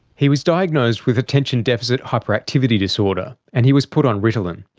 he was diagnosed with attention deficit hyperactivity disorder, and he was put on ritalin.